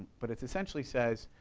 but it essentially says,